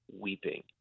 weeping